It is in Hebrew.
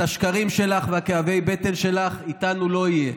את השקרים שלך וכאבי הבטן שלך, איתנו לא יהיה.